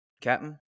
captain